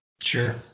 Sure